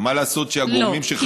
מה לעשות שהגורמים שחקרו את זה, לא.